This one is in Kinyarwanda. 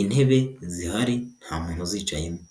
intebe zihari nta muntu uzicayemo.